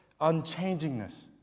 unchangingness